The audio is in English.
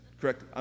Correct